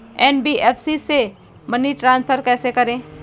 NBFC से money transfer कैसे करें?